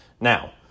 Now